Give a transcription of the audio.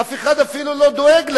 אף אחד אפילו לא דואג להם,